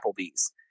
Applebee's